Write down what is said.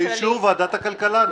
באישור ועדת הכלכלה.